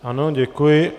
Ano, děkuji.